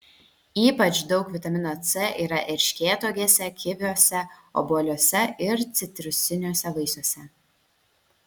ypač daug vitamino c yra erškėtuogėse kiviuose obuoliuose ir citrusiniuose vaisiuose